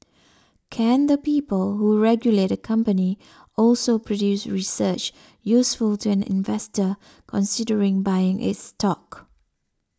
can the people who regulate a company also produce research useful to an investor considering buying its stock